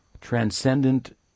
transcendent